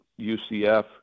UCF